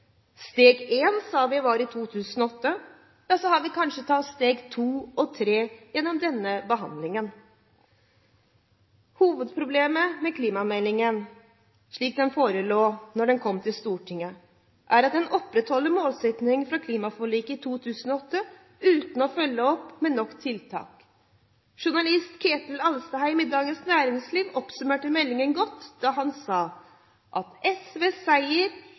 steg. Steg 1 sa vi var i 2008. Ja, så har vi kanskje tatt stegene 2 og 3 gjennom denne behandlingen. Hovedproblemet med klimameldingen slik den forelå da den kom til Stortinget, er at den opprettholder målsettingene fra klimaforliket i 2008 uten å følge opp med nok tiltak. Journalist Kjetil B. Alstadheim i Dagens Næringsliv oppsummerte meldingen godt da han sa at